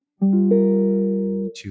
two